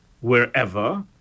wherever